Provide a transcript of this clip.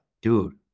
dude